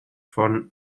von